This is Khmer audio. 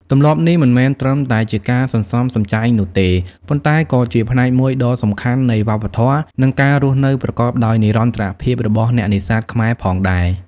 ទម្លាប់នេះមិនមែនត្រឹមតែជាការសន្សំសំចៃនោះទេ ប៉ុន្តែក៏ជាផ្នែកមួយដ៏សំខាន់នៃវប្បធម៌ និងការរស់នៅប្រកបដោយនិរន្តរភាពរបស់អ្នកនេសាទខ្មែរផងដែរ។